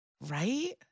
Right